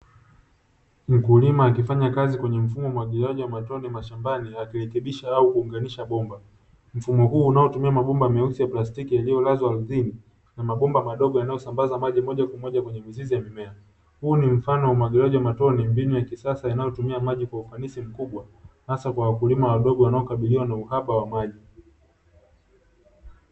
Mkulima akifanya kazi kwenye mfumo wa umwagiliaji wa matone mashambani, akirekebisha au kuunganisha bomba. Mfumo huu unaotumia mabomba meusi ya plastiki yaliyolazwa ardhini na mabomba madogo yanayosambaza maji moja kwa moja kwenye mizizi ya mimea. Huu ni mfano wa umwagiliaji wa matone, mbinu ya kisasa inayotumika maji kwa ufanisi mkubwa hasa kwa wakulima wadogo wanaokabiliwa na uhaba wa maji.